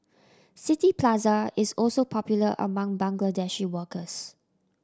City Plaza is also popular among Bangladeshi workers